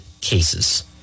cases